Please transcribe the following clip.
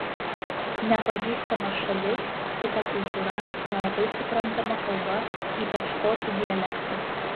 nepažįstama šalis kita kultūra nelabai suprantama kalba ypač škotų dialektas